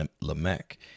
Lamech